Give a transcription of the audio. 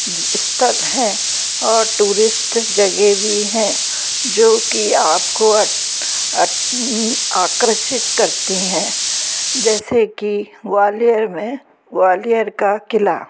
जो स्थल हैं और टूरिस्ट जगह भी हैं जो कि आपको आकर्षित करती हैं जैसे कि ग्वालियर में ग्वालियर का किला